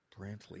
Brantley